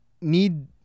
need